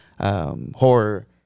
horror